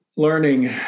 Learning